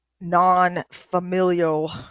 non-familial